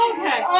Okay